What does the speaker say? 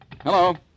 Hello